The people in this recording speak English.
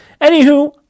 anywho